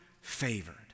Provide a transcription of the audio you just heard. favored